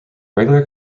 regular